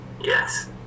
Yes